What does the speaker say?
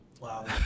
Wow